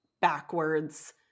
backwards